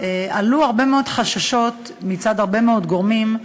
עלו הרבה מאוד חששות מצד הרבה מאוד גורמים,